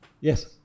Yes